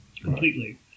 completely